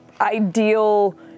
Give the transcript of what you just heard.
ideal